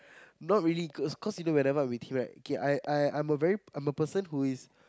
not really close cause you know whenever I'm with him right K I I I'm a very I'm a person who is